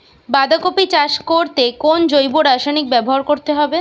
বাঁধাকপি চাষ করতে কোন জৈব রাসায়নিক ব্যবহার করতে হবে?